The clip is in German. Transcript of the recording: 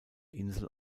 insel